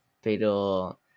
pero